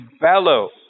bellow